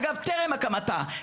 אגב טרם הקמתה,